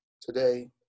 Today